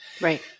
Right